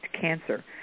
cancer